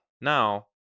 now